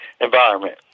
environment